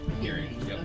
hearing